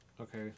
Okay